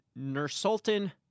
Nursultan